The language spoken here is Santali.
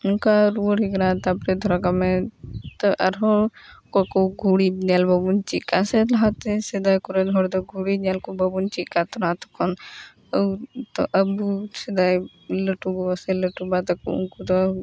ᱚᱱᱠᱟ ᱨᱩᱭᱟᱹᱲ ᱦᱩᱭᱟᱠᱟᱱᱟ ᱛᱟᱯᱚᱨᱮ ᱫᱷᱚᱨᱟ ᱠᱟᱜ ᱢᱮ ᱛᱚ ᱟᱨᱦᱚᱸ ᱚᱠᱚᱭ ᱠᱚ ᱜᱷᱩᱲᱤ ᱧᱮᱞ ᱵᱟᱵᱚᱱ ᱪᱮᱫ ᱠᱟᱜᱼᱟ ᱥᱮ ᱞᱟᱦᱟ ᱛᱮ ᱥᱮᱫᱟᱭ ᱠᱚᱨᱮᱱ ᱦᱚᱲ ᱫᱚ ᱜᱷᱩᱲᱤ ᱧᱮᱞ ᱠᱚ ᱵᱟᱵᱚᱱ ᱪᱮᱫ ᱟᱠᱟᱫ ᱛᱟᱦᱮᱱᱟ ᱛᱚᱠᱷᱚᱱ ᱛᱚ ᱟᱹᱵᱩ ᱥᱮᱫᱟᱭ ᱞᱟᱹᱴᱩ ᱜᱚᱜᱚ ᱥᱮ ᱞᱟᱹᱴᱩ ᱵᱟ ᱛᱟᱠᱚ ᱩᱱᱠᱩ ᱫᱚ